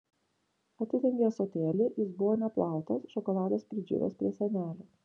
atidengė ąsotėlį jis buvo neplautas šokoladas pridžiūvęs prie sienelių